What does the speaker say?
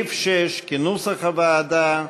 סעיף 6, כנוסח הוועדה,